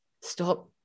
stop